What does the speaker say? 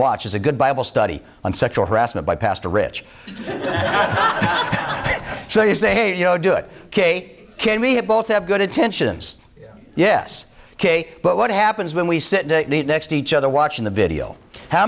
watch as a good bible study on sexual harassment by pastor rich so you say you know do it ok can we have both have good intentions yes ok but what happens when we sit next to each other watching the video how